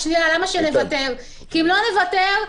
"למה שנוותר?" אם לא נוותר,